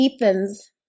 ethan's